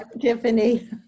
Tiffany